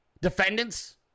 defendants